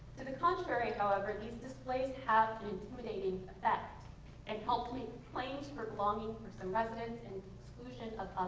to the contrary, however, these displays have an intimidating effect and helped make claims for belonging for some residences and exclusion of